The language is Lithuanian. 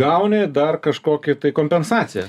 gauni dar kažkokią tai kompensaciją